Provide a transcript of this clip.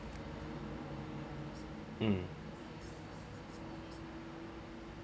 (uh huh)